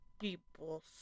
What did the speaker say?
people